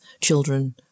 children